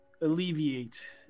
alleviate